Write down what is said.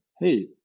hey